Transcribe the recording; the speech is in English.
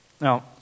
Now